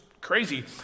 crazy